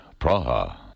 Praha